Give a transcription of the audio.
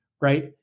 Right